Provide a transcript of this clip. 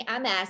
MS